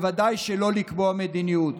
ובוודאי שלא לקבוע מדיניות,